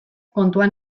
kontuan